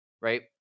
right